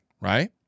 right